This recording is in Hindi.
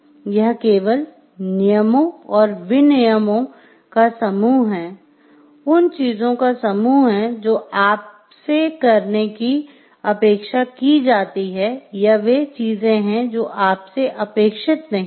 यह केवल नियमों और विनियमों का समूह है उन चीजों का समूह है जो आपसे करने की अपेक्षा की जाती है या वे चीजें हैं जो आपसे अपेक्षित नहीं हैं